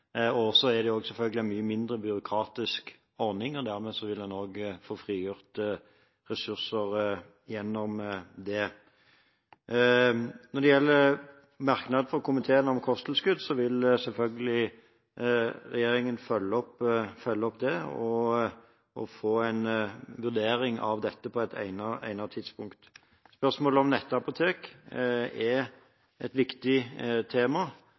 Det er selvfølgelig også en mye mindre byråkratisk ordning, og dermed vil en òg få frigjort ressurser gjennom det. Når det gjelder merknaden fra komiteen om kosttilskudd, vil selvfølgelig regjeringen følge det opp og få en vurdering av dette på et egnet tidspunkt. Spørsmålet om nettapotek er et viktig tema,